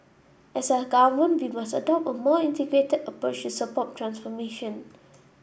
as a Government we must adopt a more integrated approach to support transformation